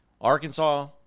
Arkansas